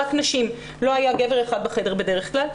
לא היה גבר אחד בחדר בדרך כלל.